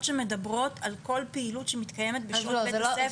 שמדברות על כל פעילות שמתקיימת בשעות בית הספר,